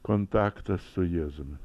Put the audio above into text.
kontaktas su jėzumi